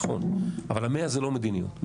אבל ה-100 זה לא מדיניות.